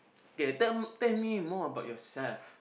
K tell me more more about yourself